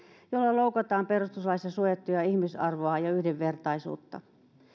loukataan perustuslaissa suojattuja ihmisarvoa ja yhdenvertaisuutta